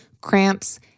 cramps